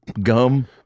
gum